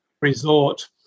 Resort